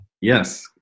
Yes